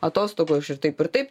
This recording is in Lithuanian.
atostogos ir taip ir taip